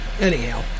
anyhow